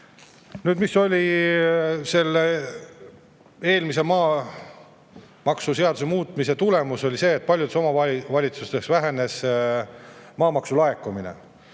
puhtaks pesta. Eelmise maamaksuseaduse muutmise tulemus oli see, et paljudes omavalitsustes vähenes maamaksu laekumine.